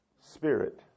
Spirit